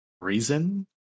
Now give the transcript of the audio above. reason